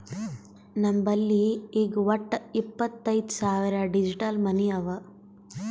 ನಮ್ ಬಲ್ಲಿ ಈಗ್ ವಟ್ಟ ಇಪ್ಪತೈದ್ ಸಾವಿರ್ ಡಿಜಿಟಲ್ ಮನಿ ಅವಾ